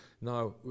now